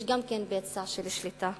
יש גם בצע של שליטה,